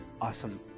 Awesome